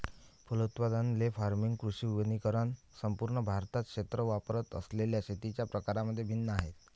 फलोत्पादन, ley farming, कृषी वनीकरण संपूर्ण भारतात क्षेत्रे वापरत असलेल्या शेतीच्या प्रकारांमध्ये भिन्न आहेत